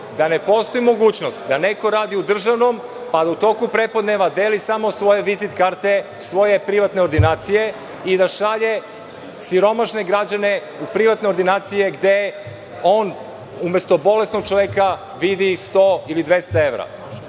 da ne postoji mogućnost da neko radi u državnom, pa u toku prepodneva deli svoje vizit karte svoje privatne ordinacije i da šalje siromašne građane u privatne ordinacije gde on umesto bolesnog čoveka vidi 100 ili 200 evra.